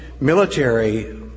military